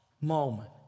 moment